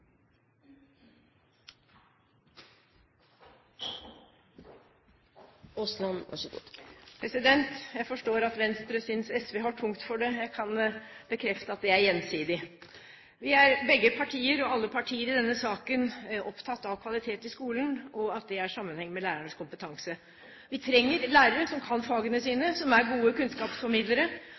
Jeg forstår at Venstre synes at SV har tungt for det. Jeg kan bekrefte at det er gjensidig. Vi er begge partier, og alle partier i denne salen er opptatt av kvalitet i skolen, og mener at det har sammenheng med lærernes kompetanse. Vi trenger lærere som kan fagene sine, og som er gode kunnskapsformidlere.